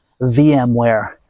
vmware